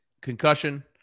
concussion